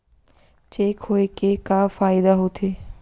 Cheque होए के का फाइदा होथे?